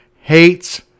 hates